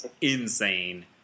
insane